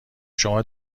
شما